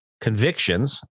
convictions